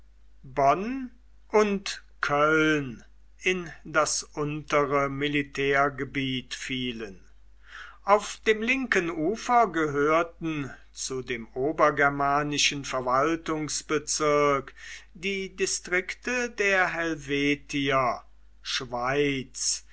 und köln in das untere militärgebiet fielen auf dem linken ufer gehörten zu dem obergermanischen verwaltungsbezirk die distrikte der helvetier